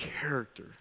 character